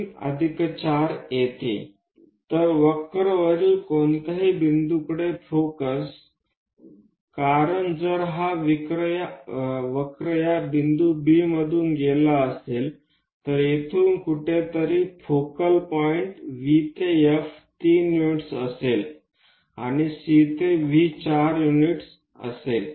तर वक्रवरील फोकल बिंदू ते कोणताही कोणत्याही बिंदूकडे असेल कारण जर ही वक्र या बिंदू B मधून गेला असेल तर येथून कुठेतरी फोकल बिंदू V ते F 3 युनिट्स असेल आणि C ते V 4 युनिट्स असतील